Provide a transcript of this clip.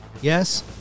Yes